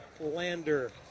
Lander